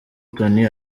tony